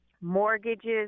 mortgages